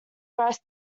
threats